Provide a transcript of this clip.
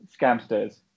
scamsters